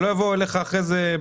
שלא יבואו אליך בטענות.